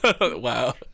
Wow